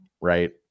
right